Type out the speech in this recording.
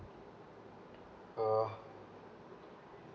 uh